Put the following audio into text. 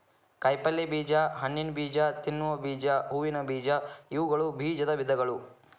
ಕಾಯಿಪಲ್ಯ ಬೇಜ, ಹಣ್ಣಿನಬೇಜ, ತಿನ್ನುವ ಬೇಜ, ಹೂವಿನ ಬೇಜ ಇವುಗಳು ಬೇಜದ ವಿಧಗಳು